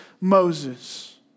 Moses